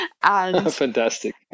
Fantastic